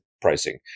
pricing